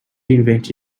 invent